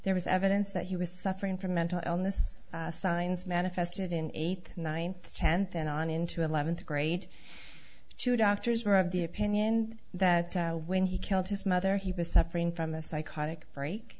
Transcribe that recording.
there was evidence that he was suffering from mental illness signs manifested in eighth ninth tenth and on into eleventh grade two doctors were of the opinion that when he killed his mother he was suffering from a psychotic break